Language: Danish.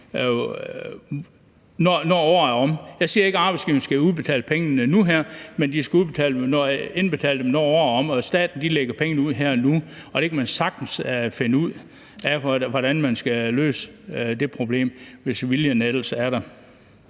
når året er omme. Jeg siger ikke, at arbejdsgiverne skal udbetale pengene nu og her, men de skal udbetale dem, når året er omme, og staten lægger pengene ud her og nu. Det problem kan man sagtens finde ud af hvordan man skal løse, hvis viljen ellers er der.